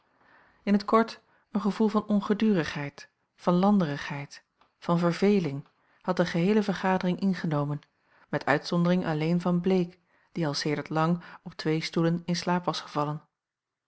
in t kort een gevoel van ongedurigheid van landerigheid van verveeling had de geheele vergadering ingenomen met uitzondering alleen van bleek die al sedert lang op twee stoelen in slaap was gevallen